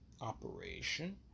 operation